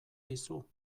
dizu